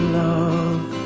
love